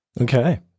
Okay